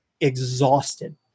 exhausted